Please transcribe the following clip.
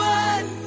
one